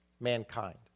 mankind